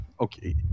Okay